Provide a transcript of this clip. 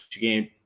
game